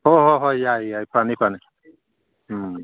ꯍꯣꯏ ꯍꯣꯏ ꯍꯣꯏ ꯌꯥꯏ ꯌꯥꯏ ꯐꯅꯤ ꯐꯅꯤ ꯎꯝ